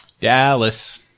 Dallas